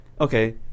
okay